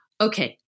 Okay